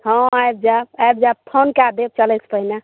हँ आबि जायब आबि जायब फोन कय देब चलै से पहिने